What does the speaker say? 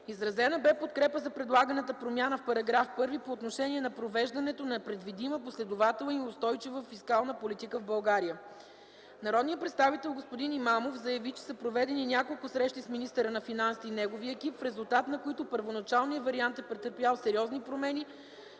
Изразена бе подкрепа за предлаганата промяна в § 1 по отношение на провеждането на предвидима, последователна и устойчива фискална политика в България. Народният представител господин Имамов заяви, че са проведени няколко срещи с министъра на финансите и неговия екип, в резултат на които първоначалният вариант е претърпял сериозни промени